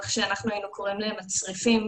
איך שאנחנו היינו קוראים להם "הצריפים"